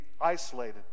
isolated